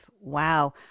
wow